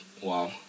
Wow